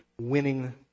winning